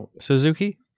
Suzuki